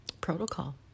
protocol